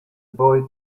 boy